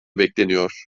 bekleniyor